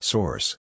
Source